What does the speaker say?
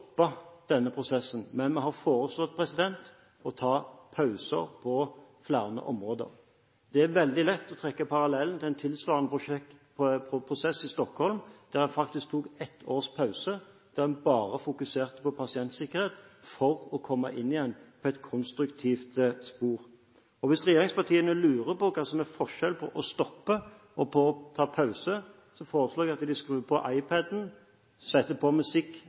stoppe denne prosessen, men å ta pauser på flere områder. Det er veldig lett å trekke parallellen til en tilsvarende prosess i Stockholm, der en faktisk tok et års pause hvor en bare fokuserte på pasientsikkerhet for igjen å komme inn på et konstruktivt spor. Hvis regjeringspartiene lurer på hva som er forskjell mellom å stoppe og å ta pause, foreslår jeg at de skrur på iPaden, setter på